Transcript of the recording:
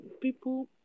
people